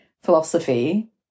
philosophy